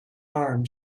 arm